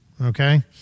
Okay